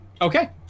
Okay